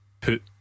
put